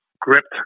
gripped